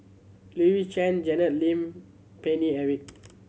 Louis Chen Janet Lim Paine Eric